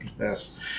yes